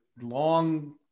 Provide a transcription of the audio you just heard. long